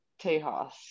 Tejas